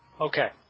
Okay